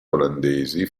olandesi